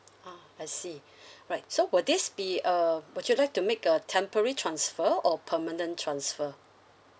ah I see right so will this be a would you like to make a temporary transfer or permanent transfer